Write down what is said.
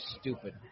stupid